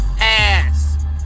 ass